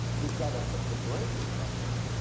we've got to put the brakes on this.